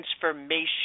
transformation